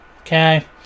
Okay